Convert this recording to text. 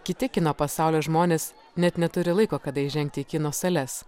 kiti kino pasaulio žmonės net neturi laiko kada įžengti į kino sales